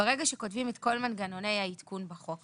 ברגע שכותבים את כל מנגנוני העדכון בחוק,